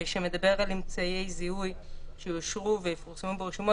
ושמדבר על אמצעי זיהוי שיאושרו ויפורסמו ברשומות.